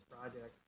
project